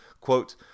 quote